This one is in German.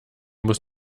muss